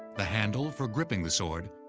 the handle for gripping the sword,